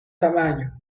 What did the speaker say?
tamaño